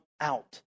out